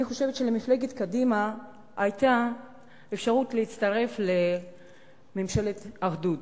אני חושבת שלמפלגת קדימה היתה אפשרות להצטרף לממשלת אחדות,